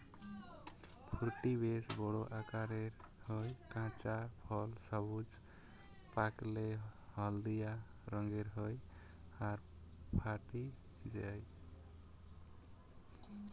ফুটি বেশ বড় আকারের হয়, কাঁচা ফল সবুজ, পাকলে হলদিয়া রঙের হয় আর ফাটি যায়